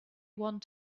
want